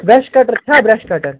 brush cutter چھا brush کٹَر